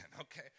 okay